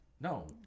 No